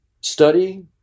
study